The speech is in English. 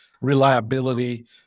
reliability